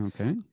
Okay